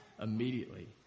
immediately